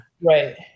right